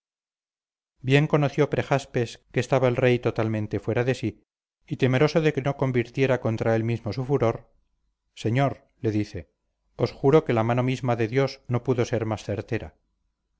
bien conoció prejaspes que estaba el rey totalmente fuera de sí y temeroso de que no convirtiera contra él mismo su furor señor le dice os juro que la mano misma de dios no pudo ser más certera